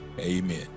amen